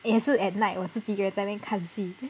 也是 at night 我自己一个人在那边看戏